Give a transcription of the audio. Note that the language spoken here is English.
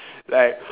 like